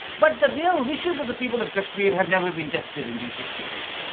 but the real wishes of the people of kashmir have never been tested in these sixty years.